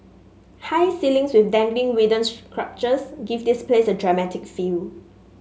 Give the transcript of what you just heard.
high ceilings with dangling sculptures give this place a dramatic feel